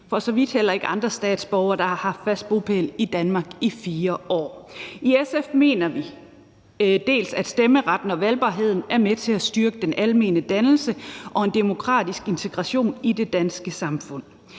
for så vidt heller ikke retten for andre statsborgere, der har haft fast bopæl i Danmark i 4 år. I SF mener vi, at stemmeretten og valgbarheden er med til at styrke den almene dannelse og en demokratisk integration i det danske samfund.